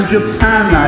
Japan